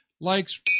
likes